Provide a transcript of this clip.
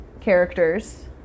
characters